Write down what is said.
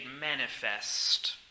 manifest